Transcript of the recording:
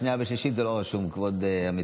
קריאה שנייה ושלישית, זה לא רשום, כבוד המציע.